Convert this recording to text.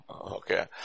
Okay